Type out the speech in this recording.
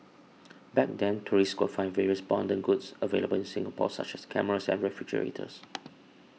back then tourists could find various bonder goods available in Singapore such as cameras and refrigerators